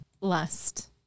lust